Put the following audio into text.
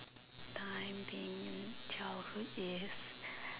time being in childhood is